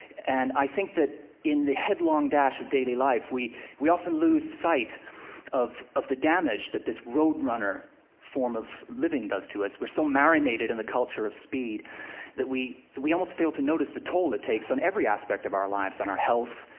and i think that in the headlong dash of daily life, we we often lose sight of of the damage that this roadrunner form of living does to us. we're so marinated in the culture of speed that we almost fail to notice the toll it takes on every aspect of our lives on our health,